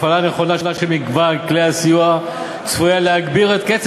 הפעלה נכונה של מגוון כלי הסיוע צפויה להגביר את קצב